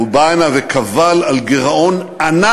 הוא בא הנה וקבל על גירעון ענק,